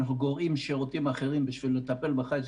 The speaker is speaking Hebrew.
אנחנו גורעים שירותים אחרים בשביל לטפל בחיץ,